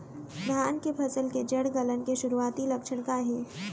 धान के फसल के जड़ गलन के शुरुआती लक्षण का हे?